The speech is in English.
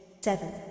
seven